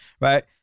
right